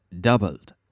doubled